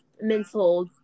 mental